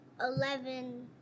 Eleven